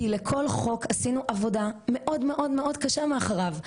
כי לכל חוק עשינו עבודה מאוד קשה מאחוריו.